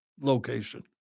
location